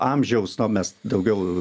amžiaus na mes daugiau